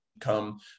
come